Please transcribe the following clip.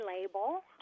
label